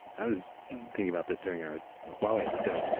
i was thinking about this during our huawei episode.